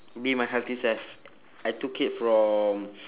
be my healthy self I took it from